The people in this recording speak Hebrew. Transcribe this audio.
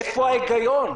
איפה ההיגיון?